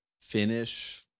finish